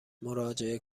مراجعه